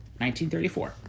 1934